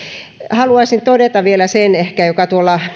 haluaisin todeta vielä ehkä sen joka tuolla